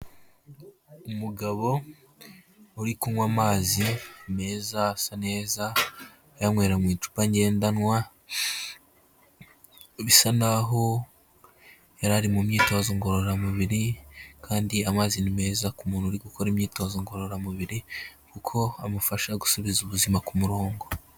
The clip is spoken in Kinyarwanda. Umugabo uri kunywa amazi meza, asa neza, ayanywera mu icupa ngendanwa, bisa naho yari ari mu myitozo ngororamubiri, kandi amazi ni meza ku mubiri ukora imyitozo ngororamubiri, kuko amufasha gusubiza ubuzima ku murongo.